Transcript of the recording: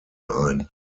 ein